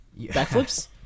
Backflips